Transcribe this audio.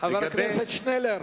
חבר הכנסת שנלר,